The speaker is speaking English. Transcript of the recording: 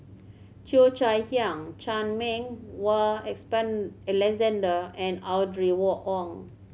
Cheo Chai Hiang Chan Meng Wah Alexander and Audrey war Wong